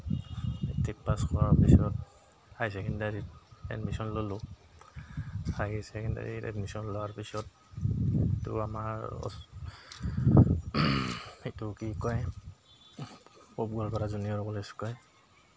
matric pass কৰাৰ পিছত high ছেকেণ্ডেৰীত এডমিশ্যন ল'লোঁ হাই ছেকেণ্ডেৰীত এডমিশ্যন লোৱাৰ পিছত এইটো আমাৰ এইটো কি কয় জুনিয়ৰ কলেজ কয়